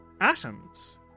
Atoms